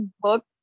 book